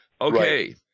Okay